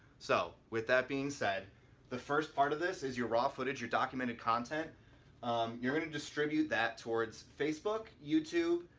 so with that being said the first part of this is your raw footage your documented content you're going to distribute that towards facebook youtube,